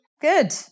Good